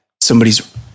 somebody's